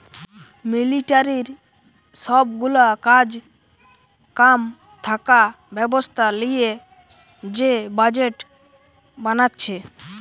মিলিটারির সব গুলা কাজ কাম থাকা ব্যবস্থা লিয়ে যে বাজেট বানাচ্ছে